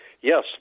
yes